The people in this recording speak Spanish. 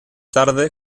tarde